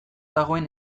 dagoen